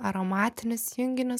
aromatinius junginius